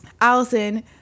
Allison